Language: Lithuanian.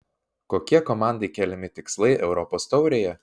kokie komandai keliami tikslai europos taurėje